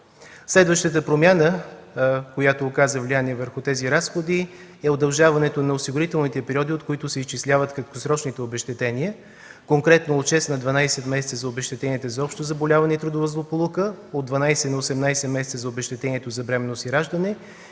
Следващата промяна, която оказа влияние върху тези разходи, е удължаването на осигурителните периоди, от които се изчисляват краткосрочните обезщетения – конкретно от 6 на 12 месеца за обезщетенията за общо заболяване и трудова злополука, от 12 на 18 месеца за обезщетението за бременност и раждане